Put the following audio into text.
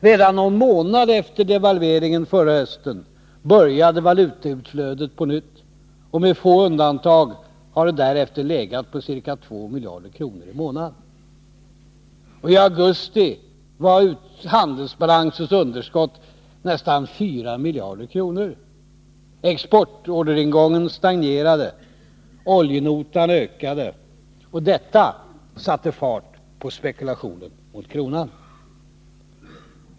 Redan någon månad efter devalveringen förra hösten började valutautflödet på nytt, och med få undantag har det därefter legat på ca 2 miljarder kronor i månaden. I augusti var handelsbalansens underskott nästan 4 miljarder kronor. Exportorderingången stagnerade, oljenotan ökade. Och detta satte fart på spekulationen mot kronan.